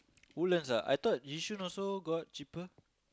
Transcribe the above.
Woodlands ah I thought Yishun also got cheaper